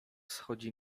schodzi